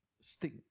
stick